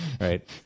right